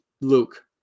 Luke